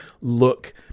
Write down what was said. look